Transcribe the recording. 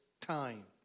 time